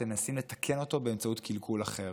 אתם מנסים לתקן אותו באמצעות קלקול אחר?